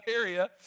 area